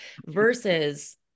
versus